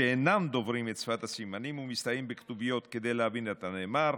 שאינם דוברים את שפת הסימנים ומסתייעים בכתוביות כדי להבין את הנאמר,